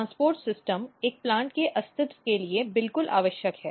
transport system एक plant के अस्तित्व के लिए बिल्कुल आवश्यक है